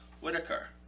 Whitaker